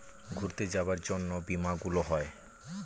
ঘুরতে যাবার জন্য বীমা গুলো হয়